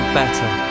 better